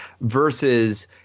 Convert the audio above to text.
versus –